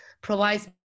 provides